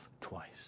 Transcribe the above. twice